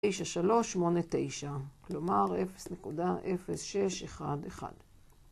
9, 3, 8, 9, כלומר 0.0611